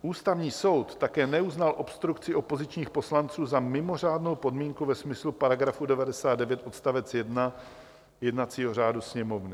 Ústavní soud také neuznal obstrukci opozičních poslanců za mimořádnou podmínku ve smyslu § 99 odst. 1 jednacího řádu Sněmovny.